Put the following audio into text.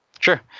Sure